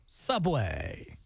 Subway